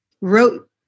wrote